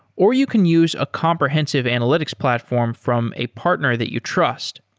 or you can use a comprehensive analytics platform from a partner that you trust.